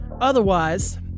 Otherwise